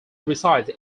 resides